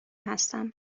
هستم